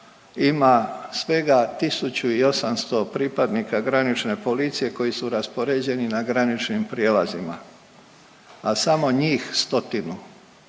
ima svega 1.800 pripadnika granične policije koji su raspoređeni na graničnim prijelazima, a samo njih stotinu